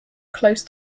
close